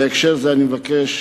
בהקשר זה אבקש,